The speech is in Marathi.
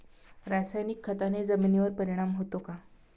रासायनिक खताने जमिनीवर परिणाम होतो का?